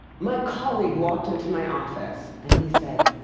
my colleague walked into my office, and he said,